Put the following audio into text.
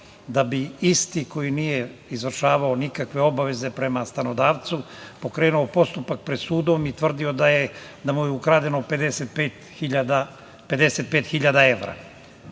da bi isti koji nije izvršavao nikakve obaveze prema stanodavcu pokrenuo postupak pred sudom i tvrdio da mu je ukradeno 55 hiljada